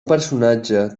personatge